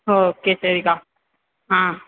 ஓ சரி சரிக்கா ஆ